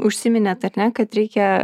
užsiminėt ar ne kad reikia